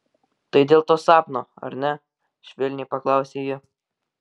tai dėl to sapno ar ne švelniai paklausė ji